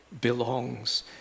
belongs